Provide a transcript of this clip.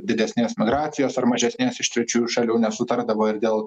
didesnės migracijos ar mažesnės iš trečiųjų šalių nesutardavo ir dėl